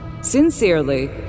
Sincerely